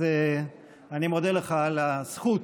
אז אני מודה לך על הזכות